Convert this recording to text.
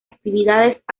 actividades